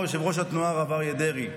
אמר יושב-ראש התנועה הרב אריה דרעי,